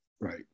Right